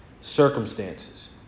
circumstances